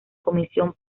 comisión